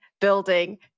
building